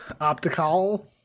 Optical